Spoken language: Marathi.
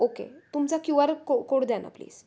ओके तुमचा क्यू आर को कोड द्या ना प्लीज